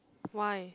why